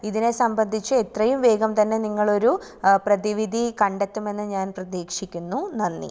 ഇതിനെ സംബന്ധിച്ച് എത്രയും വേഗം തന്നെ നിങ്ങൾ ഒരു പ്രതിവിധി കണ്ടെത്തുമെന്നു ഞാൻ പ്രതീക്ഷിക്കുന്നു നന്ദി